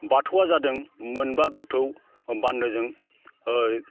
बाथौआ जादों मोनबा गोथौ बानदोजों ओ